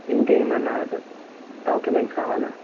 ఇంకేమన్నా డాక్యుమెంట్స్ కావాలా